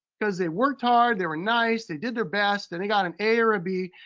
because they worked hard, they were nice, they did their best and they got an a or a b.